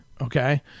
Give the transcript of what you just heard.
okay